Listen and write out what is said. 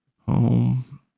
Home